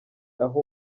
aho